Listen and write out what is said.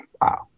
Wow